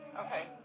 Okay